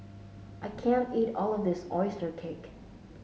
I can't eat all of this oyster cake